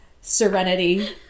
serenity